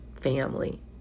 family